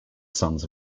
sons